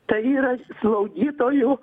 tai yra slaugytojų